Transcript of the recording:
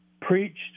preached